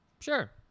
sure